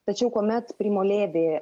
tačiau kuomet primo levi